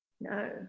No